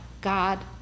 God